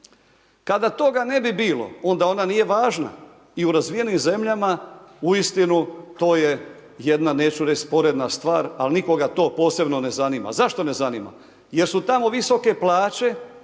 Kada toga ne bi bilo, onda ona nije važna i u razvijenim zemljama uistinu to je jedna, neću reći sporedna stvar, ali nikoga to posebno ne zanima. Zašto ne zanima? Jer su tamo visoke plaće